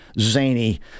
zany